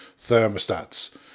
thermostats